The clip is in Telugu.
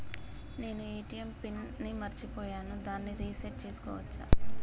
నేను ఏ.టి.ఎం పిన్ ని మరచిపోయాను దాన్ని రీ సెట్ చేసుకోవచ్చా?